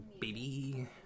baby